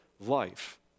life